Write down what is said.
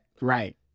Right